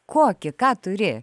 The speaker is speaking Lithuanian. kokį ką turi